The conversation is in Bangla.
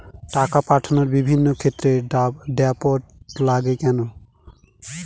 টাকা পাঠানোর বিভিন্ন ক্ষেত্রে ড্রাফট লাগে কেন?